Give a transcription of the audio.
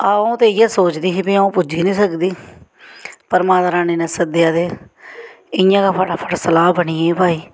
अ'ऊ ते इ'यै सोचदी ही कि अ'ऊ पुज्जी नेईं सकदी पर माता रानी ने सद्धया ते इ'यै गै फटाफट सलाह् बनी गेई